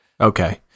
Okay